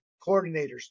coordinators